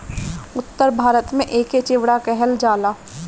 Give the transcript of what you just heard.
उत्तर भारत में एके चिवड़ा कहल जाला